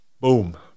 Boom